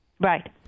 Right